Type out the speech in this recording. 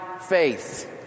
faith